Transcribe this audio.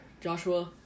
Joshua